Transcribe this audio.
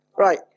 Right